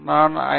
நான் ஐ